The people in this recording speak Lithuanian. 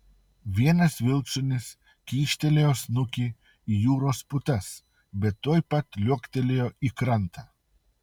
vienas vilkšunis kyštelėjo snukį į jūros putas bet tuoj pat liuoktelėjo į krantą